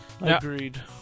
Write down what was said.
Agreed